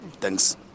Thanks